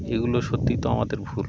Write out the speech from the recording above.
এগুলো সত্যিই তো আমাদের ভুল